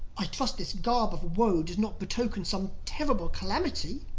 i trust this garb of woe does not betoken some terrible calamity?